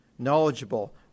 knowledgeable